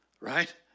right